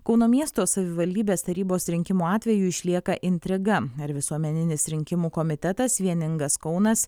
kauno miesto savivaldybės tarybos rinkimų atveju išlieka intriga ar visuomeninis rinkimų komitetas vieningas kaunas